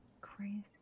Crazy